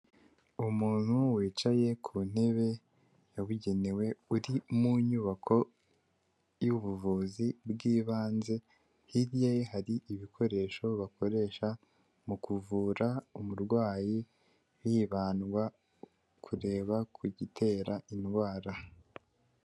Umuntu wicaye ku ntebe yabugenewe, uri mu nyubako y'ubuvuzi bw'ibanze, hirya ye hari ibikoresho bakoresha mu kuvura umurwayi, hibandwa kureba ku gitera indwara.